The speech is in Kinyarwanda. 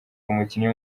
umukinnyi